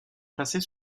placée